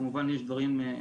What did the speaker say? כמובן יש דברים,